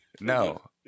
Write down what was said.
No